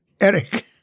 Eric